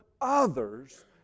others